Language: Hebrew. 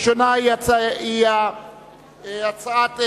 שתי הודעות,